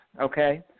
okay